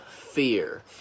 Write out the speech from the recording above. fear